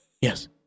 yes